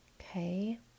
Okay